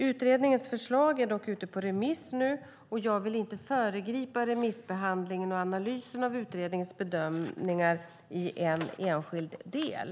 Utredningens förslag är dock ute på remiss nu och jag vill inte föregripa remissbehandlingen och analysen av utredningens bedömningar i en enskild del.